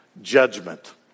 judgment